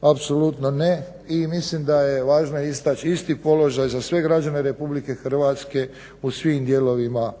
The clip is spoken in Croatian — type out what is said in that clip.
apsolutno ne. I mislim da je važno istaći isti položaj za sve građane Republike Hrvatske u svim dijelovima